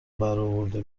براورده